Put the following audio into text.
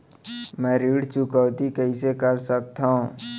मैं ऋण चुकौती कइसे कर सकथव?